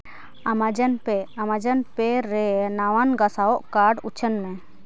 Amazon Pay Amazon Pay ᱨᱮ ᱱᱟᱣᱟᱱ ᱜᱷᱟᱥᱟᱣ ᱠᱟᱨᱰ ᱩᱪᱷᱟᱹᱱ ᱢᱮ